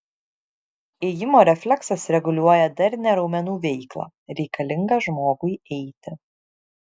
ėjimo refleksas reguliuoja darnią raumenų veiklą reikalingą žmogui eiti